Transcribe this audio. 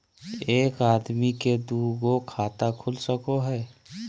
एक आदमी के दू गो खाता खुल सको है?